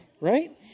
Right